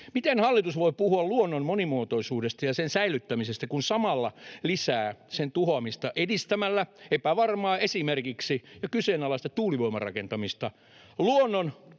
Miten hallitus voi puhua luonnon monimuotoisuudesta ja sen säilyttämisestä, kun se samalla lisää sen tuhoamista edistämällä esimerkiksi epävarmaa ja kyseenalaista tuulivoimarakentamista? Luonnon